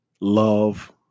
love